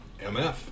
MF